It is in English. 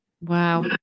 Wow